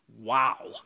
Wow